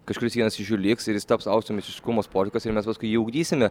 kažkuris vienas iš jų liks ir jis taps aukšto meistriškumo sportininkas ir paskui mes jį ugdysime